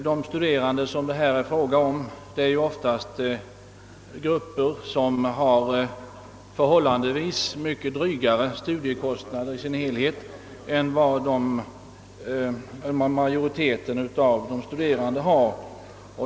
De studerande som det här är fråga om har ju ofta förhållandevis mycket drygare studiekostnader än majoriteten av de studerande.